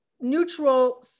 neutral